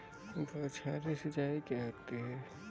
बौछारी सिंचाई क्या होती है?